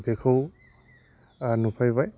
बेखौ नुफैबाय